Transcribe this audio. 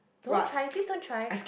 don't try please don't try